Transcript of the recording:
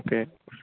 okay